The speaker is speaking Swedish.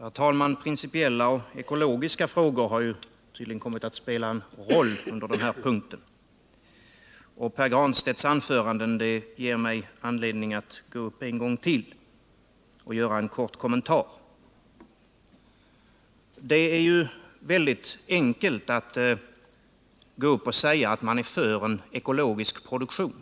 Herr talman! Principiella och ekologiska frågor har tydligen kommit att spela en roll för ställningstagandet under den här punkten. Pär Granstedts anförande ger mig anledning att begära ordet en gång till och göra en kort kommentar. Det är enkelt att säga att man är för en ekologisk produktion,